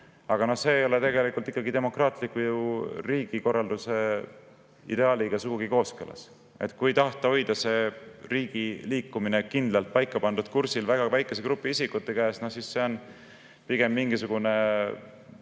Aga see ei ole ikkagi demokraatliku riigikorralduse ideaaliga sugugi kooskõlas. Kui tahta hoida riigi liikumine kindlalt paikapandud kursil, väga väikese grupi isikute käes, siis see on pigem mingisugune,